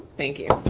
thank you.